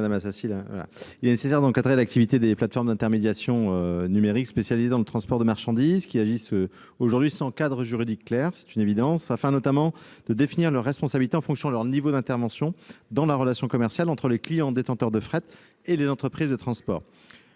la commission ? Il est nécessaire d'encadrer l'activité des plateformes d'intermédiation numérique spécialisées dans le transport de marchandises, qui agissent aujourd'hui sans cadre juridique clair- c'est une évidence -, afin notamment de définir leurs responsabilités en fonction de leur niveau d'intervention dans la relation commerciale, entre les clients détenteurs de fret et les entreprises de transport.